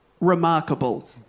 remarkable